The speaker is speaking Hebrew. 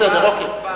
בסדר, אוקיי.